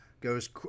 goes